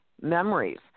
memories